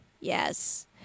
yes